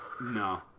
No